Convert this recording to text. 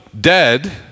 dead